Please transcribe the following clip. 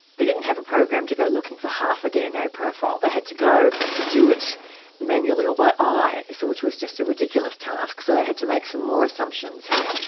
they didn't have a program to go looking for half a dna profile. they had to go to do it manually, or by eye, so which was just a ridiculous task. so they had to make some more assumptions here.